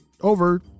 Over